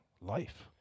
life